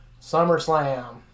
SummerSlam